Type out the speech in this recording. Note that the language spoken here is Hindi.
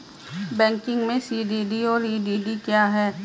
बैंकिंग में सी.डी.डी और ई.डी.डी क्या हैं?